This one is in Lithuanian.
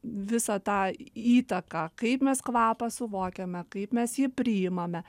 visą tą įtaką kaip mes kvapą suvokiame kaip mes jį priimame